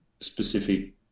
specific